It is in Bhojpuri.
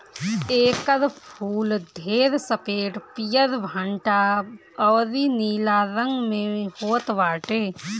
एकर फूल ढेर सफ़ेद, पियर, भंटा अउरी नीला रंग में होत बाटे